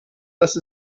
dass